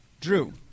Drew